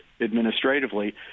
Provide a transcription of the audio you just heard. administratively